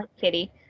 Kitty